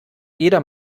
jeder